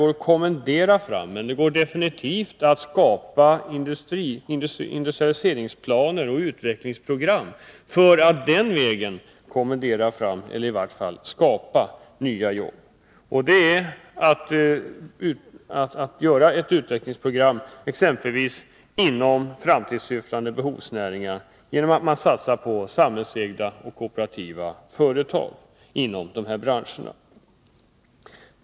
Men det går definitivt att skapa 15 november 1982 industrialiseringsplaner och utvecklingsprogram för att den vägen kommendera fram, eller i varje fall skapa, nya jobb. Man kan inom ramen för ett Om arbetsmarkutvecklingsprogram för exempelvis framtidssyftande behovsnäringar satsa nadssituationen på samhällsägda och kooperativa företag inom dessa branscher.